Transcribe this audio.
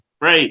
Right